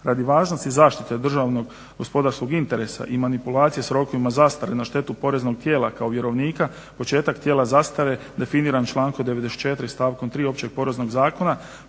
Radi važnosti zaštite državnog gospodarskog interesa i manipulacije s rokovima zastare na štetu poreznog tijela kao vjerovnika početak tijela zastare je definiran člankom 94. stavkom 3. Općeg poreznog zakona